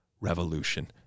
revolution